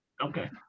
Okay